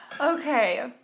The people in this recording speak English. Okay